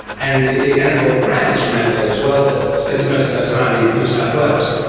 and indeed annabel crabb is from adelaide as well but spends most of her time in new south wales.